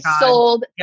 sold